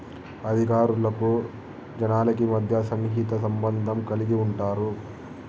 అధికారులకు జనాలకి మధ్య సన్నిహిత సంబంధం కలిగి ఉంటారు